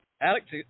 Alex